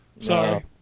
Sorry